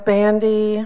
Bandy